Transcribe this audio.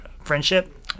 Friendship